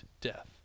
death